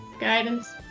Guidance